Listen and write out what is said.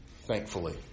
thankfully